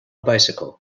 bicycle